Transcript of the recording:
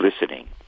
listening